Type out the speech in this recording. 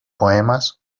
poemas